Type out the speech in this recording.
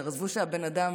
עזבו את זה שהבן אדם